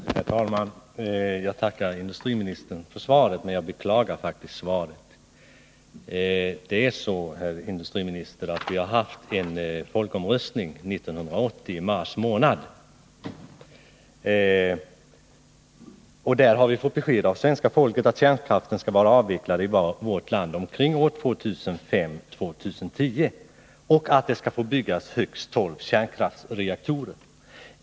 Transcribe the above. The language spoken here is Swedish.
Herr talman! Jag tackar industriministern för svaret, men jag beklagar faktiskt dess innehåll. Det är ju så, herr industriminister, att vi hade en folkomröstning i mars månad 1980, och då fick vi besked av svenska folket att man ville att kärnkraften skall vara avvecklad i vårt land omkring år 2005-2010 och att det skall få byggas högst tolv kärnkraftsreaktorer.